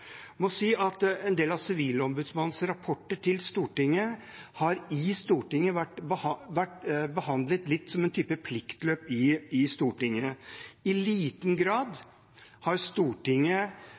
må si at en del av Sivilombudsmannens rapporter til Stortinget har vært behandlet litt som en type pliktløp. I liten grad har Stortinget – denne sal – gått inn i